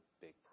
big